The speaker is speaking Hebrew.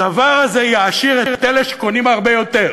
הדבר הזה יעשיר את אלה שקונים הרבה יותר.